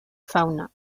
fauna